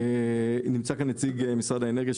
נמצא כאן נציג משרד האנרגיה.